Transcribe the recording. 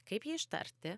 kaip jį ištarti